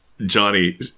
Johnny